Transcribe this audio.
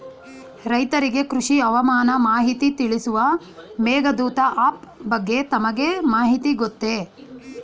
ರೈತರಿಗೆ ಕೃಷಿ ಹವಾಮಾನ ಮಾಹಿತಿ ತಿಳಿಸುವ ಮೇಘದೂತ ಆಪ್ ಬಗ್ಗೆ ತಮಗೆ ಮಾಹಿತಿ ಗೊತ್ತೇ?